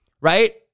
right